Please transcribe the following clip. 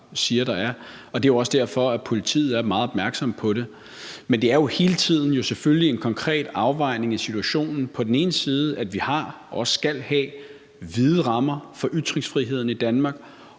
siger at der er, og det er jo også derfor, at politiet er meget opmærksomme på det. Men det er jo selvfølgelig hele tiden en konkret afvejning i situationen, altså at vi i Danmark på den ene side har, og at vi også skal have vide rammer for ytringsfriheden, og at